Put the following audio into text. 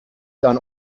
done